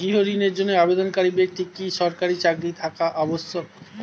গৃহ ঋণের জন্য আবেদনকারী ব্যক্তি কি সরকারি চাকরি থাকা আবশ্যক?